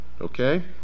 Okay